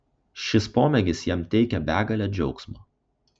šis pomėgis jam teikia begalę džiaugsmo